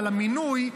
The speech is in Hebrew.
על המינוי,